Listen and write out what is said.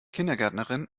kindergärtnerin